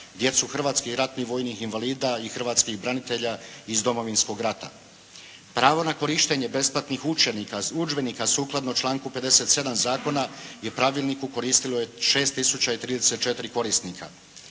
djecu hrvatskih ratnih vojnih invalida i hrvatskih branitelja iz Domovinskog rata. Pravo na korištenje besplatnih udžbenika sukladno članku 57. zakona i pravilniku, koristilo je 6 tisuća